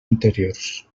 anteriors